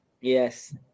Yes